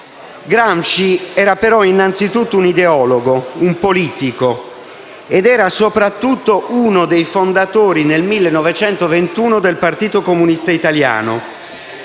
Gramsci era, però, innanzi tutto, un ideologo, un politico, ed era soprattutto uno dei fondatori, nel 1921, del Partito Comunista Italiano.